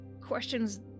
questions